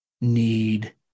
need